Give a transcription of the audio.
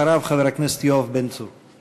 אחריו, חבר הכנסת יואב בן צור.